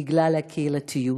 בגלל הקהילתיות,